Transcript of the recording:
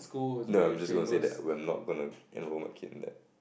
nah I'm just gonna say that we are not gonna enroll my kid in that